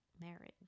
marriage